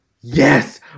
Yes